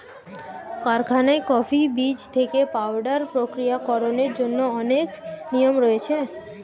কারখানায় কফি বীজ থেকে পাউডার প্রক্রিয়াকরণের জন্য অনেক নিয়ম রয়েছে